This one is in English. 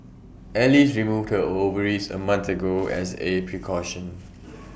alice removed her ovaries A month ago as A precaution